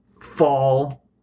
fall